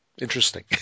interesting